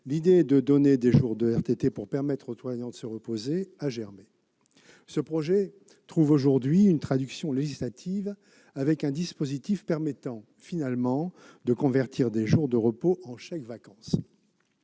l'idée de donner des jours de RTT pour permettre aux soignants de se reposer a germé. Ce projet trouve aujourd'hui une traduction législative avec un dispositif permettant finalement de convertir des jours de repos en chèques-vacances.